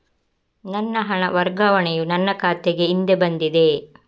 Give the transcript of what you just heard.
ನನ್ನ ಹಣ ವರ್ಗಾವಣೆಯು ನನ್ನ ಖಾತೆಗೆ ಹಿಂದೆ ಬಂದಿದೆ